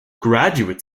graduate